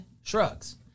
shrugs